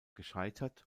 gescheitert